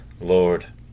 lord